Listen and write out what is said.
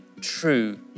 true